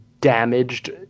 damaged